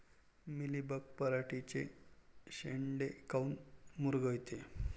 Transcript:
Mealybug पराटीचे चे शेंडे काऊन मुरगळते?